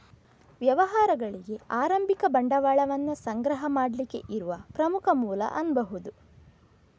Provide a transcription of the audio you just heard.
ವ್ಯವಹಾರಗಳಿಗೆ ಆರಂಭಿಕ ಬಂಡವಾಳವನ್ನ ಸಂಗ್ರಹ ಮಾಡ್ಲಿಕ್ಕೆ ಇರುವ ಪ್ರಮುಖ ಮೂಲ ಅನ್ಬಹುದು